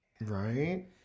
Right